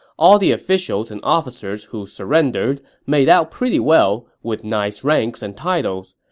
all the officials and officers who surrendered made out pretty well with nice ranks and titles.